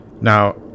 Now